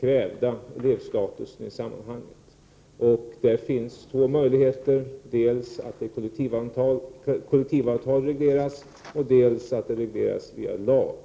krävda elevstatusen i sammanhanget. Det finns två möjligheter, dels att den kollektivavtalregleras, dels att den regleras via lag.